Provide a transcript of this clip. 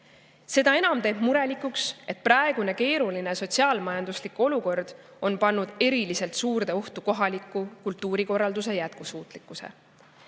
Seda enam teeb murelikuks, et praegune keeruline sotsiaal-majanduslik olukord on pannud eriliselt suurde ohtu kohaliku kultuurikorralduse jätkusuutlikkuse.